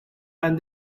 and